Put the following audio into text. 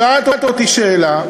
שאלת אותי שאלה,